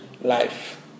life